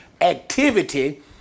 activity